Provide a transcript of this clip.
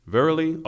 Verily